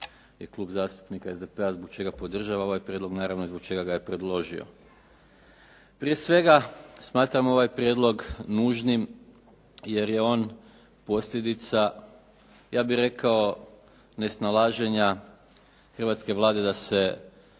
čega Klub zastupnika SDP-a podržava ovaj prijedlog naravno i zbog čega ga je predložio. Prije svega, smatram ovaj prijedlog nužnim jer je on posljedica ja bih rekao nesnalaženja hrvatske Vlade da se